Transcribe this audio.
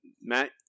Matt